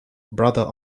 brother